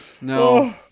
No